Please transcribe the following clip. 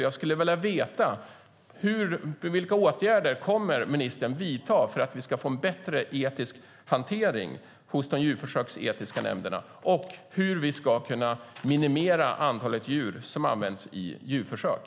Jag skulle vilja veta vilka åtgärder ministern kommer att vidta för att vi ska få en bättre etisk hantering hos de djurförsöksetiska nämnderna och hur vi ska minimera antalet djur som används i djurförsök.